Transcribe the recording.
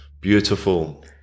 Beautiful